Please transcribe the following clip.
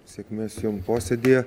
sėkmės jum posėdyje